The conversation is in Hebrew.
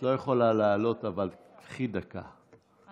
את לא יכולה לעלות, אבל קחי דקה,